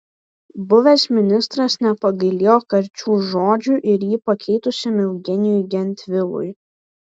buvęs ministras nepagailėjo karčių žodžių ir jį pakeitusiam eugenijui gentvilui